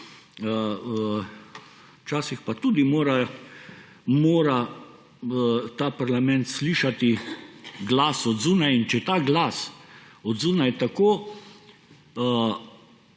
včasih pa tudi mora ta parlament slišati glas od zunaj. In če je ta glas od zunaj tako